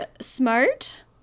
smart